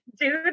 dude